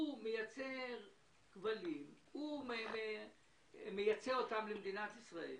הוא מייצר כבלים שהוא מייצא למדינת ישראל,